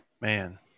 man